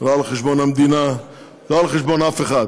לא על חשבון המדינה, לא על חשבון אף אחד.